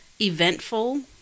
eventful